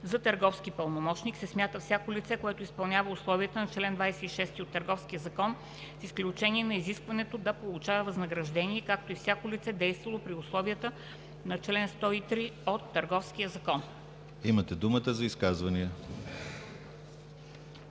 За търговски пълномощник се смята и всяко лице, което изпълнява условията на чл. 26 от Търговския закон, с изключение на изискването да получава възнаграждение, както и всяко лице, действало при условията на чл. 301 от Търговския закон.“ ПРЕДСЕДАТЕЛ